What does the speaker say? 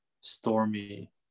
stormy